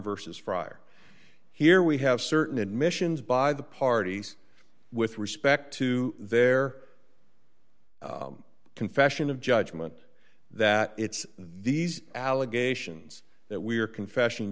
versus friar here we have certain admissions by the parties with respect to their confession of judgment that it's these allegations that we are confession